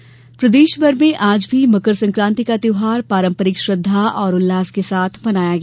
मकर संक्रांति प्रदेशभर में आज भी मकर सक्रांति का त्यौहार पारंपरिक श्रद्धा और उल्लास के साथ मनाया गया